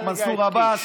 את מנסור עבאס,